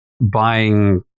buying